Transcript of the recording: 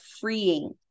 freeing